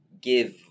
give